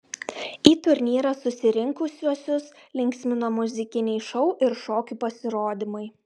į turnyrą susirinkusiuosius linksmino muzikiniai šou ir šokių pasirodymai